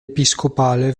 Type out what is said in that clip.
episcopale